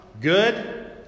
good